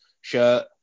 shirt